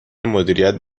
مدیریت